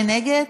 מי נגד?